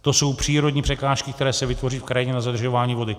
To jsou přírodní překážky, které se vytvoří v krajině na zadržování vody.